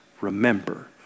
remember